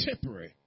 temporary